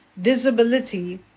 disability